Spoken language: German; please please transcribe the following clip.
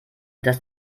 das